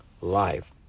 life